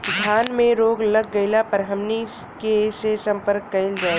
धान में रोग लग गईला पर हमनी के से संपर्क कईल जाई?